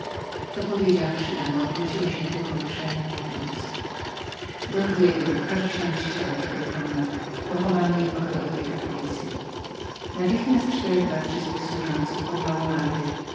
to powiedziawszy dama obróciła się ku koniuszemu mówiąc don diego każ wziąść ciało twego pana i odnieść je do ogrodowej kaplicy natychmiast czterech